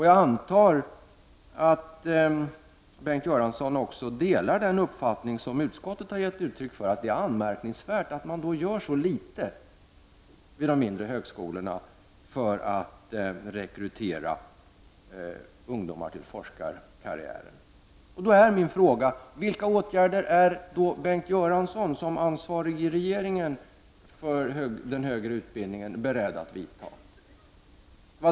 Jag antar att Bengt Göransson också delar den uppfattning som utskottet har gett uttryck för, att det är anmärkningsvärt att så litet görs vid de mindre högskolorna för att rekrytera ungdomar till forskarkarriären. Min fråga är: Vilka åtgärder är Bengt Göransson, som ansvarig i regeringen för den högre utbildningen, beredd att vidta?